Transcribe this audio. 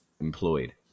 employed